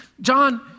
John